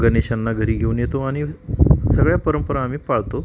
गणेशांना घरी घेऊन येतो आणि सगळ्या परंपरा आम्ही पाळतो